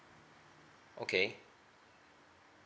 okay